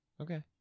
Okay